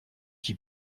qui